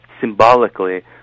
symbolically